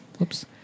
Oops